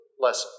lesson